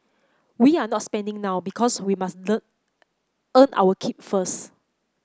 we're not spending now because we must earn our keep first